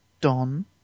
Don